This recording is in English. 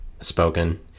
spoken